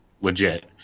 legit